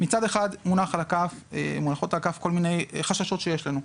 מצד אחד מונחות על הכף כל מיני חששות שיש לנו,